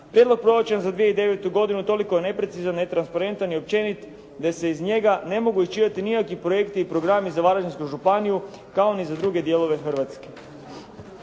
Prijedlog proračuna za 2009. godinu toliko je neprecizan, netransparentan i općenit da se iz njega ne mogu iščitati nikakvi projekti i programi za Varaždinsku županiju kao ni za druge dijelove Hrvatske.